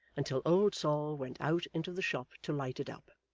until old sol went out into the shop to light it up,